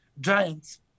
giants